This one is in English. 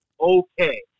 okay